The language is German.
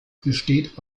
besteht